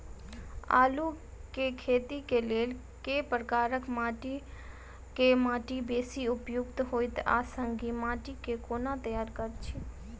आलु केँ खेती केँ लेल केँ प्रकार केँ माटि बेसी उपयुक्त होइत आ संगे माटि केँ कोना तैयार करऽ छी?